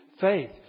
faith